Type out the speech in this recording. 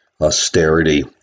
austerity